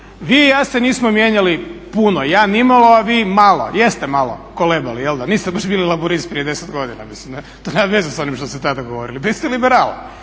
Vi i ja se nismo mijenjali puno, ja nimalo, a vi malo, jeste malo kolebali jel da, niste baš bili laburist prije 10 godina, to nema veze s onim što ste tada govorili, bili ste liberal